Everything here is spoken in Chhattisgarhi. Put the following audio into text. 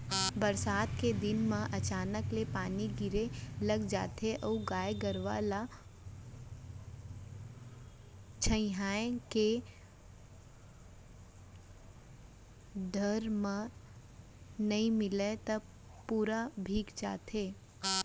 बरसात के दिन म अचानक ले पानी गिरे लग जाथे अउ गाय गरूआ ल छंइहाए के ठउर नइ मिलय त पूरा भींग जाथे